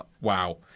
wow